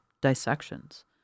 dissections